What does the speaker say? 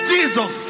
Jesus